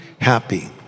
happy